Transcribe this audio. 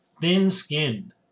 Thin-skinned